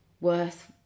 worth